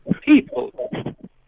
people